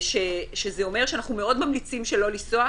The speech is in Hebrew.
שזה אומר שאנחנו מאוד ממליצים שלא לנסוע,